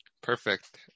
Perfect